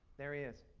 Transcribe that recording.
there he is.